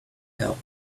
help